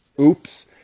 oops